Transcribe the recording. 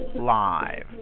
live